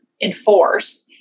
enforce